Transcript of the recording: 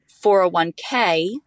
401k